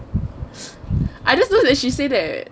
I just know that she said